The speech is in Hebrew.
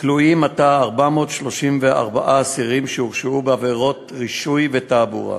כלואים עתה 434 אסירים שהורשעו בעבירות רישוי ותעבורה.